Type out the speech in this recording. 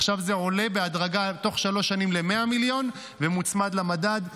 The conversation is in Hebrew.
עכשיו זה עולה בהדרגה תוך שלוש שנים ל-100 מיליון ומוצמד למדד.